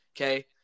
Okay